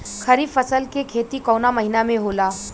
खरीफ फसल के खेती कवना महीना में होला?